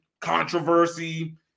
controversy